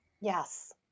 Yes